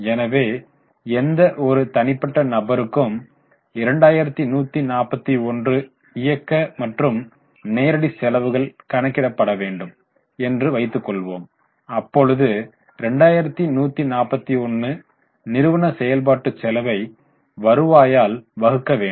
எனவே எந்த ஒரு தனிப்பட்ட நபருக்கும் 2141 இயக்க மற்றும் நேரடி செலவுகள் கணக்கிட பட வேண்டும் என்று வைத்துக்கொள்வோம் அப்பொழுது 2141 நிறுவன செயல்பாட்டுச் செலவை வருவாயால் வகுக்க வேண்டும்